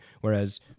whereas